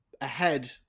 ahead